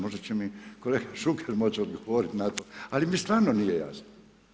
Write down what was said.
Možda će mi kolega Šuker moći odgovoriti na to, ali mi stvarno nije jasno?